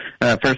first